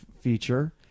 feature